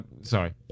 Sorry